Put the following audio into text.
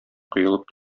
коелып